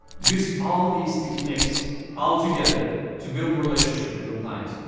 use all these techniques all together to build relationships with your clients,